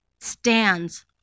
stands